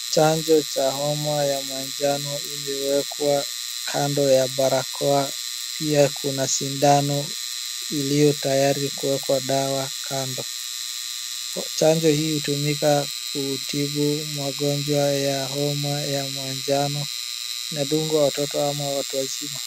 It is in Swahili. Chanjo cha homa ya manjano imewekwa kando ya barakoa. Pia kuna sindano iliyo tayari kuwekwa dawa kando. Chanjo hii hutumika kutibu magonjwa ya homa ya manjano inadungwa watoto ama watu wazima.